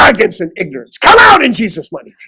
ah get some ignorance come out in jesus money